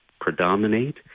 predominate